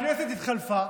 הכנסת התחלפה,